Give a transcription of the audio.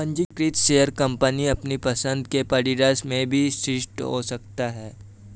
पंजीकृत share company अपनी पसंद के परिसर में भी स्थित हो सकता है